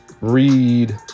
read